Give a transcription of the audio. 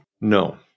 No